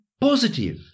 positive